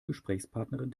gesprächspartnerin